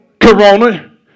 Corona